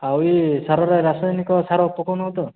ଆଉ ଇ ସାରରେ ରାସାୟନିକ ସାର ପକଉନ ତ